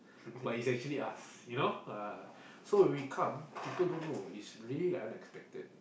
but is actually us you know so when we come people don't know is really unexpected